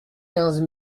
quinze